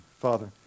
Father